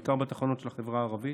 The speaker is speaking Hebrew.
בעיקר בתחנות של החברה הערבית.